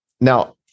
Now